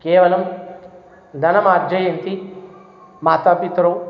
केवलं धनमर्जयन्ति मातापितरौ